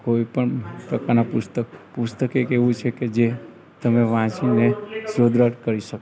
કોઈ પણ પ્રકારના પુસ્તક પુસ્તક એક એવું છે કે જે તમે વાંચીને શોધ કરી શકો છો